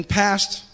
passed